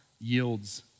yields